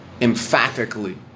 emphatically